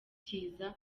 bitiza